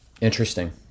Interesting